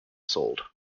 sold